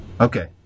Okay